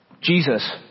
Jesus